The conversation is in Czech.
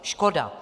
Škoda.